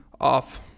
off